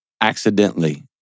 accidentally